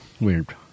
weird